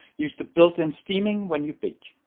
use the built in steaming when you bake.